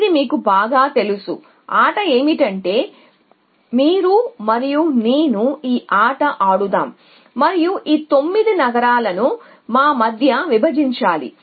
ఇది మీకు బాగా తెలుసు ఆట ఏమిటంటే మీరు మరియు నేను ఈ ఆట ఆడుదాం మరియు ఈ 9 నగరాలను మా మధ్య విభజించాలి